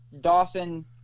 Dawson